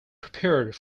prepared